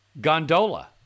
Gondola